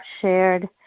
shared